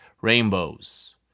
Rainbows